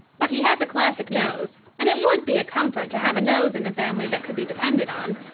but he has a classic nose, and it would be a comfort to have a nose in the family that could be depended on.